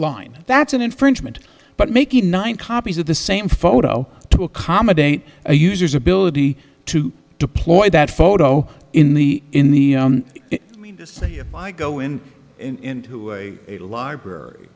line that's an infringement but making nine copies of the same photo to accommodate a user's ability to deploy that photo in the in the say if i go in in a library